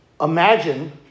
Imagine